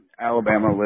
Alabama